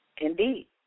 Indeed